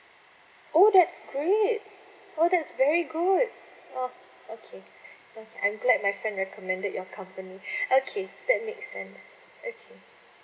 oh that's great oh that's very good oh okay I'm glad my friend recommended your company okay that makes sense okay